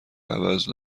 عوض